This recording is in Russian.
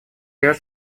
ряд